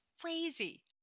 Crazy